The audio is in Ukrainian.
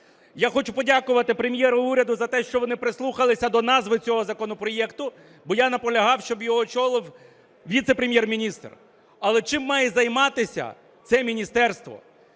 Я хочу подякувати Прем'єру й уряду за те, що вони прислухалися до назви цього законопроекту, бо я наполягав, щоб його очолив віце-прем'єр-міністр. Але чим має займатися це міністерство,